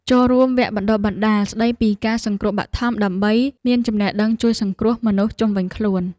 ចូលរួមវគ្គបណ្តុះបណ្តាលស្តីពីការសង្គ្រោះបឋមដើម្បីមានចំណេះដឹងជួយសង្គ្រោះមនុស្សជុំវិញខ្លួន។